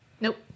nope